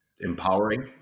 Empowering